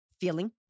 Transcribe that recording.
feeling